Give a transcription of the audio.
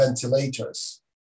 ventilators